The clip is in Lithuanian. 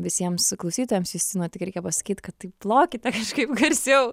visiems klausytojams justino tik reikia pasakyt kad taip plokite kažkaip garsiau